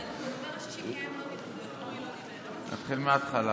אתחיל מההתחלה.